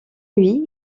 louis